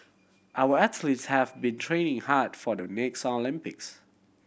our athletes have been training hard for the next Olympics